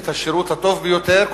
את השירות הטוב ביותר,